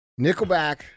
Nickelback